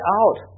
out